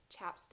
chapstick